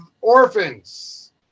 orphans